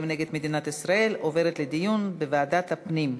נגד מדינת ישראל עוברת לדיון בוועדת הפנים.